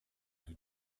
who